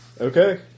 Okay